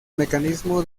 mecanismo